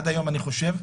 עד היום, אני חושב,